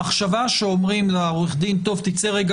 המחשבה שאומרים לעורך דין: צא רגע